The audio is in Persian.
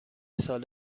سال